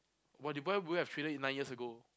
when you buy would you have traded it nine years ago